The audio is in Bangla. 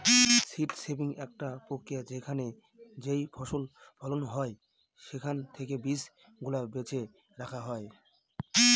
সীড সেভিং একটা প্রক্রিয়া যেখানে যেইফসল ফলন হয় সেখান থেকে বীজ গুলা বেছে রাখা হয়